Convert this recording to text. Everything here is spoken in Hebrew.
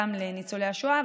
גם לניצולי השואה,